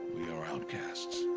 we are outcasts.